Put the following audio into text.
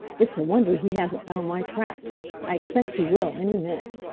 it's a wonder he hasn't found my tracks. i expect he will any minute.